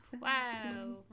Wow